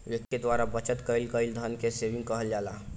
व्यक्ति के द्वारा बचत कईल गईल धन के सेविंग कहल जाला